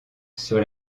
sur